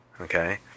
Okay